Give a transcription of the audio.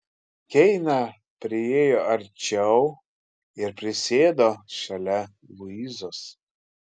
keina priėjo arčiau ir prisėdo šalia luizos